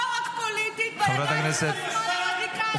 לא רק פוליטית, בידיים של השמאל הרדיקלי.